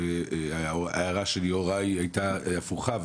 ההערה של יוראי הייתה הפוכה.